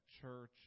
church